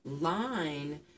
line